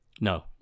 No